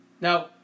Now